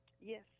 Yes